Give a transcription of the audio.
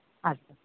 अस्तु